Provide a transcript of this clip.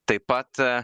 taip pat